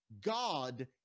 God